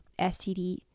STD